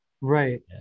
Right